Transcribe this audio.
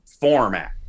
format